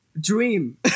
dream